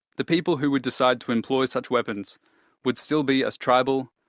the people who would decide to employ such weapons would still be as tribal,